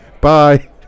Bye